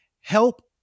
help